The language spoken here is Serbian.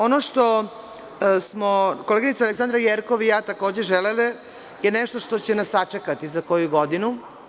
Ono što smo koleginica Aleksandra Jerkov i ja takođe želele je nešto što će nas sačekati za koju godinu.